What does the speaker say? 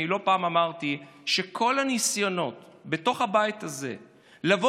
לא פעם אמרתי שכל הניסיונות בתוך הבית הזה לבוא